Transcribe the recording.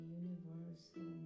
universal